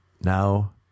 now